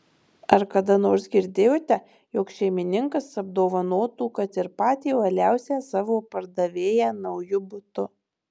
ar kada nors girdėjote jog šeimininkas apdovanotų kad ir patį uoliausią savo pardavėją nauju butu